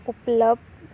ਉਪਲੱਬਧ